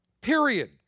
Period